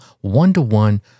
one-to-one